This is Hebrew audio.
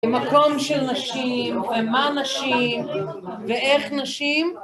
מקום של נשים, ומה נשים, ואיך נשים.